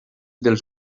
dels